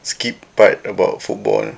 skip part about football